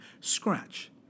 scratch